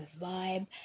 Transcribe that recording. vibe